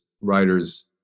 writers